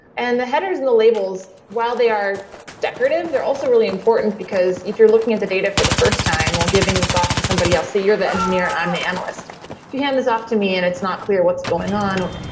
and the headers and the labels while they are decorative, they're also really important because if you're looking at the data for the first time, or giving this off to somebody else, say you're the engineer and i'm the analyst. if you hand this off to me and it's not clear what's going on,